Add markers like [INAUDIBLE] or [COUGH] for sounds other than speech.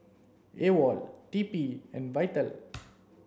AWOL T P and VITAL [NOISE]